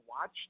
watch